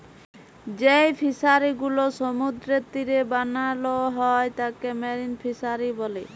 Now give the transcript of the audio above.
যেই ফিশারি গুলো সমুদ্রের তীরে বানাল হ্যয় তাকে মেরিন ফিসারী ব্যলে